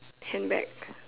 handbag